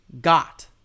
got